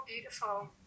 beautiful